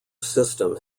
system